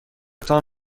تان